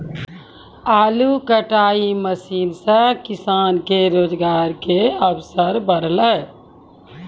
आलू कटाई मसीन सें किसान के रोजगार केरो अवसर बढ़लै